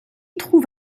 trouve